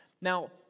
Now